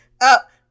up